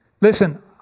Listen